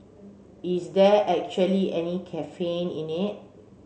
is there actually any caffeine in it